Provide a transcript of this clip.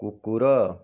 କୁକୁର